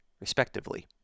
respectively